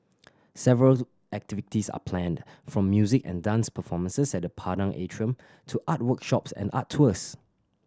several activities are planned from music and dance performances at the Padang Atrium to art workshops and art tours